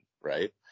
Right